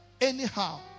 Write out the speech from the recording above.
Anyhow